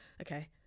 Okay